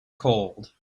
cold